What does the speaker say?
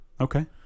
Okay